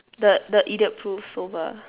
the the idiot proof soba